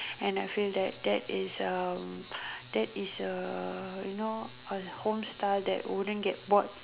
and I feel that that is um that is a you know a home style that wouldn't get bored